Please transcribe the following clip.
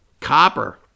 copper